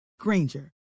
Granger